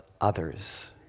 others